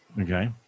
Okay